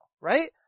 right